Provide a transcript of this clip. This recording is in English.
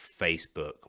facebook